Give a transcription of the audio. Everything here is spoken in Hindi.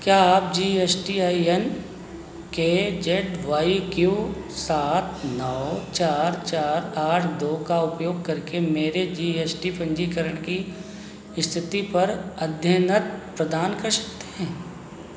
क्या आप G S T I N K Z Y Q सात नौ चार चार आठ दो का उपयोग करके मेरे जी एस टी पन्जीकरण की इस्थिति पर अद्यतन प्रदान कर सकते हैं